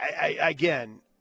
again